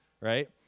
Right